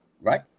right